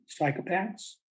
Psychopaths